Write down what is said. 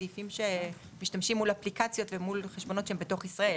בסעיפים שמשתמשים מול אפליקציות ומול חשבונות שהם בתוך ישראל,